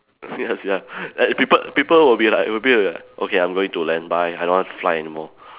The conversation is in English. ya sia like if people people will be like will be like okay I'm going to land bye I don't want to fly anymore